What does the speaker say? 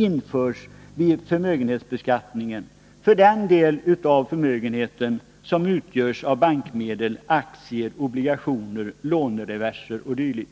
införs vid förmögenhetsbeskattningen för den del av förmögenheten som utgörs av bankmedel, aktier, obligationer, lånereverser o. d.